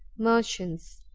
merchants